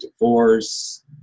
divorce